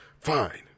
fine